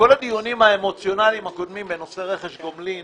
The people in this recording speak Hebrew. בכל הדיונים האמוציונאליים הקודמים בנושא רכש גומלין,